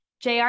JR